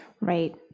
Right